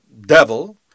devil